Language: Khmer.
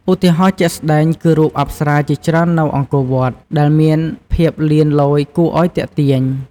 ឧទាហរណ៍ជាក់ស្ដែងគឺរូបអប្សរាជាច្រើននៅអង្គរវត្ត ដែលមានភាពលៀនលយគួរឲ្យទាក់ទាញ។